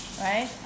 right